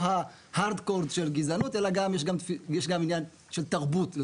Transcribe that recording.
ההארדקור של גזענות אלא יש גם עניין של תרבות.